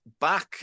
back